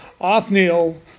Othniel